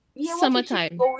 Summertime